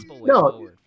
no